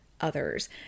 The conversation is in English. others